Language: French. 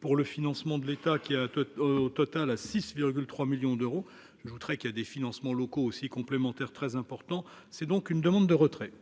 pour le financement de l'État qui a au total à 6,3 millions d'euros, je voudrais qu'il y a des financements locaux aussi complémentaires, très important, c'est donc une demande de retrait.